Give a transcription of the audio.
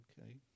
okay